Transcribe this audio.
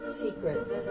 secrets